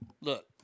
look